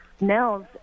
Nels